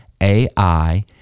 AI